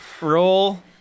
Roll